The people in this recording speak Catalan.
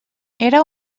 era